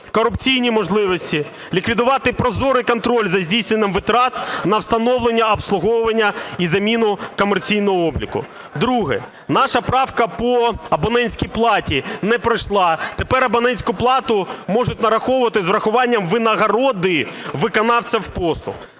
корупційні можливості, ліквідувати прозорий контроль за здійсненням витрат на встановлення, обслуговування і заміну комерційного обліку. Друге. Наша правка по абонентській платі не пройшла. Тепер абонентську плату можуть нараховувати з урахуванням винагороди виконавців послуг.